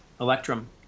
electrum